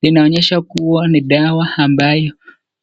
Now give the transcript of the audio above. Hii inaonyesha kuwa ni dawa ambayo